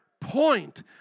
point